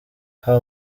how